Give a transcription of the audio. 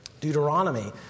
Deuteronomy